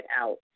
out